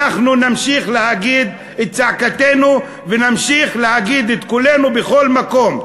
אנחנו נמשיך להגיד את צעקתנו ונמשיך להגיד את קולנו בכל מקום,